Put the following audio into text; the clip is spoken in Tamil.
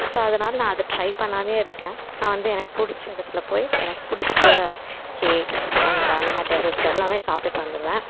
ஸோ அதனால நான் அதை ட்ரைப் பண்ணாமே இருக்கேன் நான் வந்து எனக்கு பிடிச்ச இடத்துல போய் எனக்கு பிடிச்ச கேக்ஸ் அண்டு அந்த மாதிரி டெஸர்ட்ஸ் எல்லாம் சாப்பிட்டுட்டு வந்துருவேன்